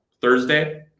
Thursday